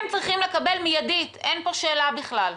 הם צריכים לקבל מיידית, אין פה שאלה בכלל.